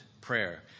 prayer